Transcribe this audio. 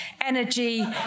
energy